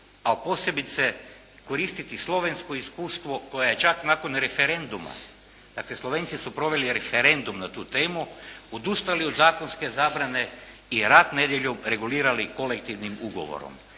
a posebice koristiti slovensko iskustvo koje je čak nakon referenduma, dakle Slovenci su proveli referendum na tu temu, odustali od zakonske zabrane i rad nedjeljom regulirali kolektivnim ugovorom,